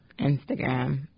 Instagram